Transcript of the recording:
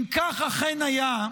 אם כך אכן היה,